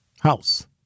House